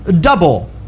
double